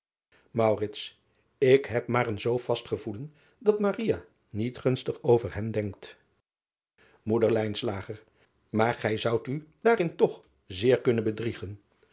k heb maar een zoo vast gevoelen dat niet gunstig over hem denkt oeder aar gij zoudt u daarin toch zeer kunnen bedriegen